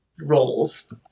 roles